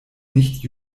nicht